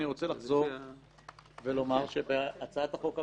אני רוצה לחזור ולומר שהצעת החוק המקורית,